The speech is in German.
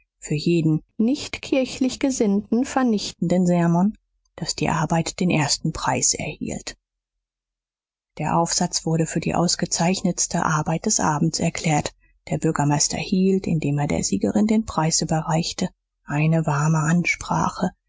für jeden nichtkirchlichgesinnten vernichtenden sermon daß die arbeit den ersten preis erhielt der aufsatz wurde für die ausgezeichnetste arbeit des abends erklärt der bürgermeister hielt indem er der siegerin den preis überreichte eine warme ansprache